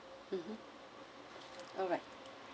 mmhmm alright